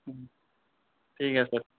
ঠিক আছে